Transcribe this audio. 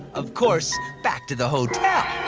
of course, back to the hotel!